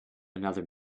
another